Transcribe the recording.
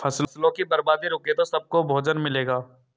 फसलों की बर्बादी रुके तो सबको भोजन मिलेगा